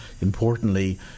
importantly